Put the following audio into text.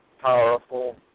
powerful